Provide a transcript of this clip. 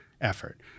effort